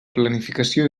planificació